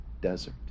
desert